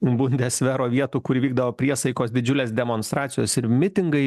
bundesvero vietų kur vykdavo priesaikos didžiulės demonstracijos ir mitingai